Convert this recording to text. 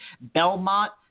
Belmont